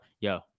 Yo